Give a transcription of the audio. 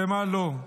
ומה לא.